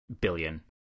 billion